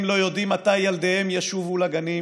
לא יודעים מתי ילדיהם ישובו לגנים